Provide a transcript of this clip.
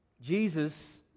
Jesus